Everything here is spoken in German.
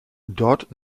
dort